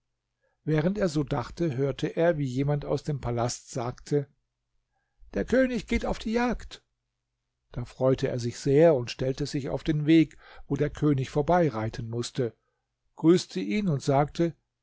während er so dachte hörte er wie jemand aus dem palast sagte der könig geht auf die jagd da freute er sich sehr und stellte sich auf den weg wo der könig vorbeireiten mußte grüßte ihn und sagte